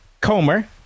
Comer